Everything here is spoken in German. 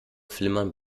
flimmern